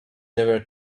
never